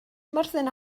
myrddin